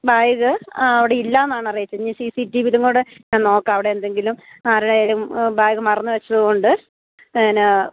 bag അവിടെ ഇല്ലാന്നാണ് അറിയിച്ചത് ഇനി സി സി ടിവിയിലും കൂടെ ഞാൻ നോക്കാം അവിടെ എന്തെങ്കിലും ആരുടെ എങ്കിലും ബാഗ് മറന്ന് വെച്ചത് കൊണ്ട് എന്നാ